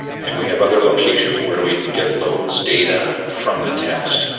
and we have other locations where we get loads data from the test,